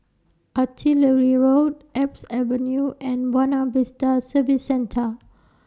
Artillery Road Alps Avenue and Buona Vista Service Centre